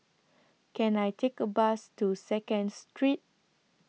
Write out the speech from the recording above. Can I Take A Bus to Second Street